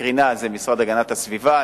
קרינה זה המשרד להגנת הסביבה.